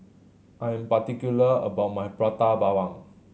I am particular about my Prata Bawang